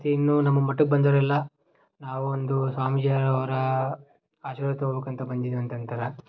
ಮತ್ತು ಇನ್ನೂ ನಮ್ಮ ಮಠಕ್ ಬಂದವರೆಲ್ಲ ನಾವೊಂದು ಸ್ವಾಮೀಜಿ ಅವರ ಆಶೀರ್ವಾದ ತಗೋಬೇಕು ಅಂತ ಬಂದಿದೀವಿ ಅಂತ ಅಂತಾರ